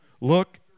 look